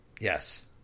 Yes